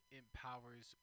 empowers